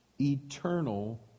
eternal